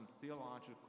theological